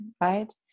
right